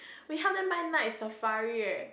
we help them buy Night-Safari leh